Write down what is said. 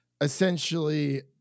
essentially